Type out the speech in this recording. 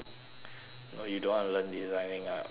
oh you don't wanna learn designing ah but you want to